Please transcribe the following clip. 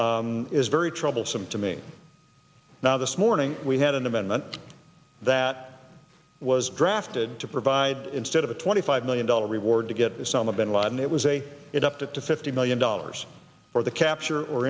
is is very troublesome to me now this morning we had an amendment that was drafted to provide instead of a twenty five million dollar reward to get some of bin laden it was a it up to fifty million dollars for the capture or